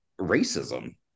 racism